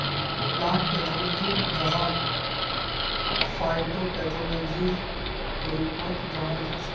plant pathology जहाक फाइटोपैथोलॉजीर रूपतो जानाल जाछेक